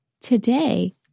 today